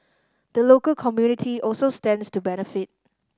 the local community also stands to benefit